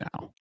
now